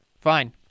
Fine